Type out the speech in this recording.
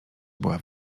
była